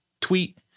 tweet